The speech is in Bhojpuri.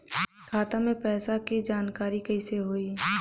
खाता मे पैसा के जानकारी कइसे होई?